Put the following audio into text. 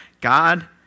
God